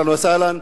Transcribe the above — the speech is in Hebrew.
אהלן וסהלן.